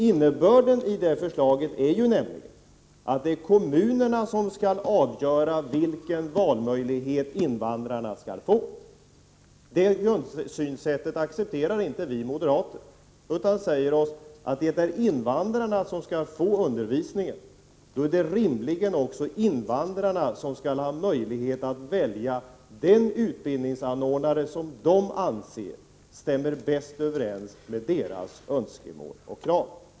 Innebörden i förslaget är ju nämligen den att det är kommunerna som skall avgöra vilken valmöjlighet invandrarna skall få. Detta grundsynsätt accepterar inte vi moderater utan säger, att eftersom det är invandrarna som skall få undervisning är det rimligen också invandrarna som skall ha möjlighet att välja den utbildningsanordnare som de anser bäst motsvarar deras önskemål och krav.